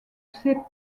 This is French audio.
célèbre